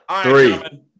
Three